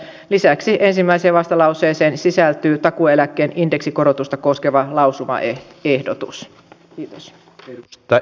lisäksi ensimmäiseen vastalauseeseen sisältyy takuueläkkeen indeksikorotusta koskeva lausuma ehti ehdotus kiitos kim lausumaehdotus